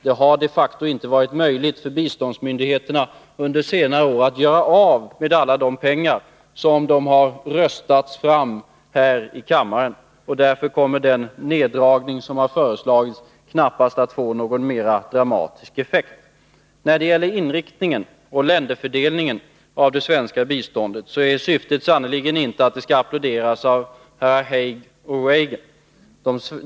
Det har de facto inte varit möjligt för biståndsmyndigheterna att på senare år göra av med alla de pengar som har röstats fram här i kammaren. Därför kommer den neddragning som har föreslagits knappast att få någon mera dramatisk effekt. När det gäller inriktningen och länderfördelningen av det svenska biståndet är syftet sannerligen inte att det skall applåderas av herrar Haig och Reagan.